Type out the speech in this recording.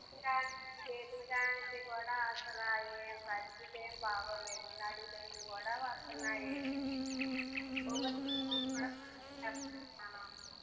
ఇంకా లేచిన కాడ నుంచి కూడా అసలు ఏం పరిస్థితి ఏం బాగాలేదు నడుము నొప్పులు కూడా వస్తున్నాయి న్నాను